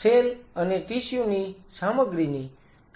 cell અને tissue ની સામગ્રીની ક્રીયાપ્રતીક્રિયા છે